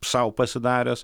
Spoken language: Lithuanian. sau pasidaręs